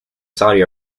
saudi